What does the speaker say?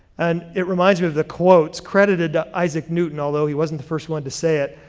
and it reminds me of the quotes credited to isaac newton although he wasn't the first one to say it,